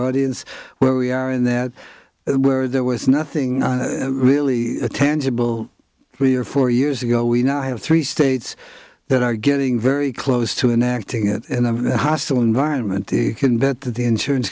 audience where we are in that where there was nothing really tangible three or four years ago we now have three states that are getting very close to an acting in a hostile environment they can bet that the insurance